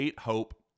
Hope